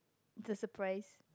the surprise